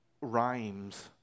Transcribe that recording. rhymes